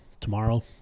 tomorrow